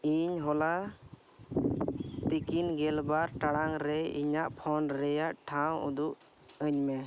ᱤᱧ ᱦᱚᱞᱟ ᱛᱤᱠᱤᱱ ᱜᱮᱞᱵᱟᱨ ᱴᱟᱲᱟᱝ ᱨᱮ ᱤᱧᱟᱹᱜ ᱯᱷᱳᱱ ᱨᱮᱱᱟᱜ ᱴᱷᱟᱶ ᱩᱫᱩᱜ ᱟᱹᱧᱢᱮ